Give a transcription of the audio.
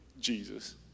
Jesus